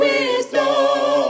Wisdom